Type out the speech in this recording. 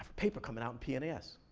paper coming out in pnas.